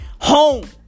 home